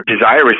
desirous